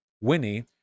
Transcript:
Winnie